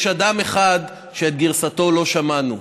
יש אדם אחד שאת גרסתו לא שמענו.